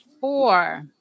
four